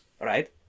right